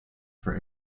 for